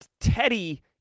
Teddy